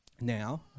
Now